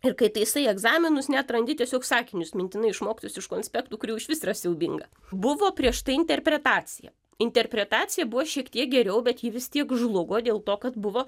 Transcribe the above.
ir kai taisai egzaminus net randi tiesiog sakinius mintinai išmoktus iš konspektų kur jau išvis yra siaubinga buvo prieš tai interpretacija interpretacija buvo šiek tiek geriau bet ji vis tiek žlugo dėl to kad buvo